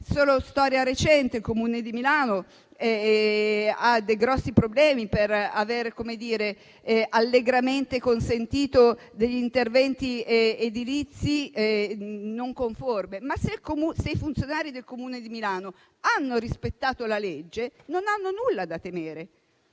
È storia recente del Comune di Milano, che ha dei grossi problemi per aver allegramente consentito degli interventi edilizi non conformi. Ma, se i funzionari del Comune di Milano hanno rispettato la legge, non hanno nulla da temere.